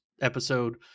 episode